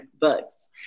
books